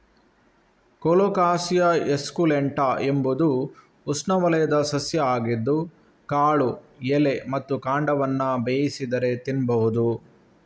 colocasia esculenta ಎಂಬುದು ಉಷ್ಣವಲಯದ ಸಸ್ಯ ಆಗಿದ್ದು ಕಾಳು, ಎಲೆ ಮತ್ತೆ ಕಾಂಡವನ್ನ ಬೇಯಿಸಿದರೆ ತಿನ್ಬಹುದು